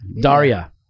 Daria